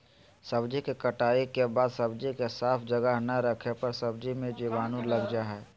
सब्जी के कटाई के बाद सब्जी के साफ जगह ना रखे पर सब्जी मे जीवाणु लग जा हय